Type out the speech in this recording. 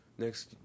Next